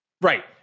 Right